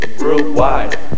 worldwide